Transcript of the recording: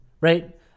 Right